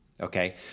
Okay